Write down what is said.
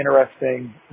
interesting